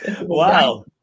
Wow